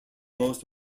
most